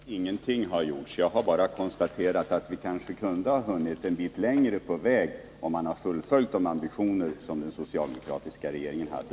Herr talman! Jag har inte sagt att ingenting har gjorts. Jag har bara konstaterat att vi kanske kunde ha hunnit en bit längre på väg om man hade fullföljt de ambitioner som den socialdemokratiska regeringen hade.